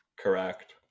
correct